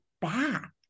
back